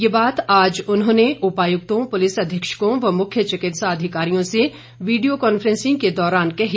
ये बात आज उन्होंने उपायुक्तों पुलिस अधीक्षकों व मुख्य चिकित्सा अधिकारियों से वीडियो कॉफ्रेंसिंग के दौरान कही